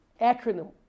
acronym